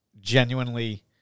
genuinely